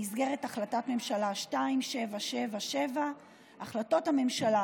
במסגרת החלטת ממשלה 2777. החלטות הממשלה